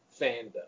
fandom